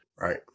Right